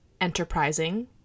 enterprising